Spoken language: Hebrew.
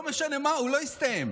לא משנה מה, הוא לא מסתיים.